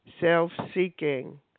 self-seeking